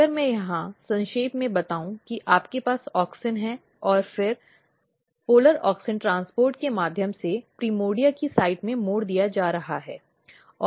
अगर मैं यहाँ संक्षेप में बताऊँ कि आपके पास ऑक्सिन है और फिर ऑक्सिन ध्रुवीय ऑक्सिन परिवहन के माध्यम से प्रिमोर्डिया की साइट में मोड़ दिया जा रहा है